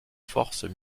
forces